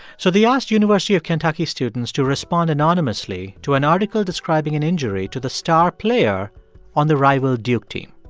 so they asked university of kentucky students to respond anonymously to an article describing an injury to the star player on the rival duke team.